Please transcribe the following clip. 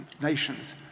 nations